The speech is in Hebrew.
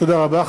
תודה רבה.